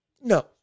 No